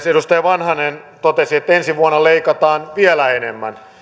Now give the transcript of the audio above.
edustaja vanhanen totesi että ensi vuonna leikataan vielä enemmän